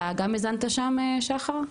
אתה גם הזנת שם, שחר?